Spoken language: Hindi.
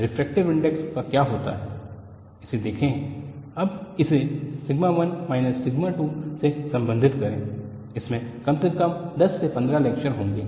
रिफ्रेक्टिव इनडेक्स का क्या होता है इसे देखें अब इसे सिग्मा 1 माइनस सिग्मा 2 से संबंधित करें इसमें कम से कम 10 से 15 लेक्चर होंगे